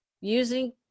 using